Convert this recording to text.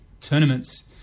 tournaments